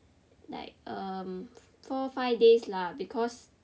like err four five days lah because